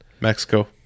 Mexico